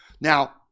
Now